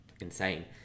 insane